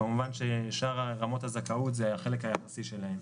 כמובן ששאר רמות הזכאות, זה החלק היחסי שלהם.